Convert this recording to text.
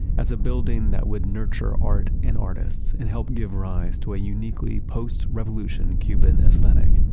as a building that would nurture art and artists and help give rise to a uniquely post-revolution cuban aesthetic.